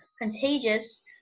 contagious